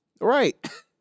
Right